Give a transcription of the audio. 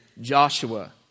Joshua